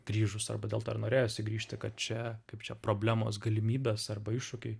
grįžus arba dėl to ir norėjosi grįžti kad čia kaip čia problemos galimybės arba iššūkiai